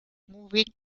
moving